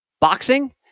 Boxing